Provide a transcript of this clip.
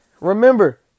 Remember